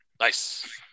Nice